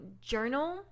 journal